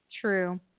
True